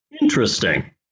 Interesting